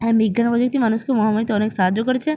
আর বিজ্ঞান ও প্রযুক্তি মানুষকে মহামারীতে অনেক সাহায্য করেছে